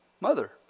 mother